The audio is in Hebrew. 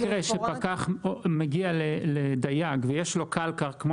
אם יש מקרה שפקח מגיע לדייג ויש לו קלקר כמו